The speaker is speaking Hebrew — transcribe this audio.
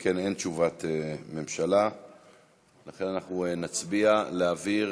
אם כן, אין תשובת ממשלה, לכן נצביע על העברת,